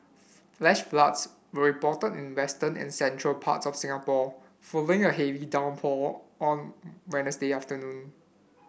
flash floods were reported in the western and central parts of Singapore following a heavy downpour on Wednesday afternoon